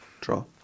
Draw